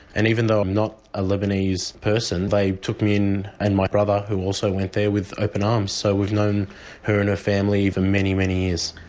and even though i'm not a lebanese person, they took me in and my brother who also went there with open arms. so we've known her and her family for many, many years.